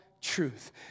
truth